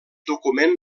document